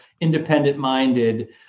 independent-minded